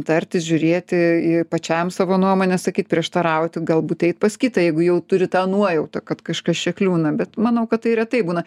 tartis žiūrėti pačiam savo nuomonę sakyt prieštarauti galbūt eit pas kitą jeigu jau turi tą nuojautą kad kažkas čia kliūna bet manau kad tai retai būna